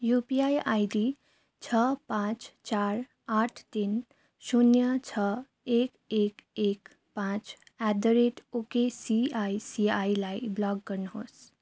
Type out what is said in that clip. UPI ID छ पाँच चार आठ तिन शून्य छ एक एक एक पाँच एट द रेट ओकेसिआइसिआईलाई ब्लक गर्नुहोस्